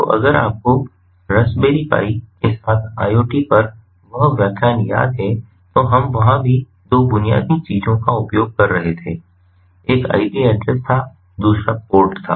तो अगर आपको रास्पबेरी पाई के साथ IoT पर वह व्याख्यान याद है तो हम वहां भी 2 बुनियादी चीजों का उपयोग कर रहे थे एक आईपी एड्रेस था दूसरा पोर्ट था